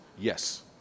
yes